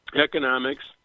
economics